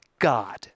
God